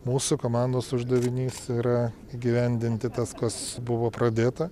mūsų komandos uždavinys yra įgyvendinti tas kas buvo pradėta